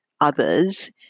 others